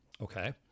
Okay